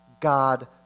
God